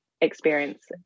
experience